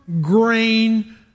grain